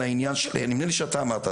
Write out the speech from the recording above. נדמה לי שאתה אמרת,